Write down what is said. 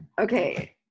Okay